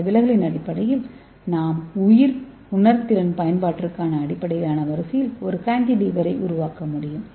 இந்த விலகலின் அடிப்படையில் நாம் உயிர் உணர்திறன் பயன்பாட்டிற்கான அடிப்படையிலான வரிசையில் ஒரு நானோ கான்டிலீவரை உருவாக்க முடியும்